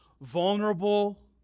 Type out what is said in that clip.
vulnerable